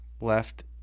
left